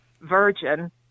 Virgin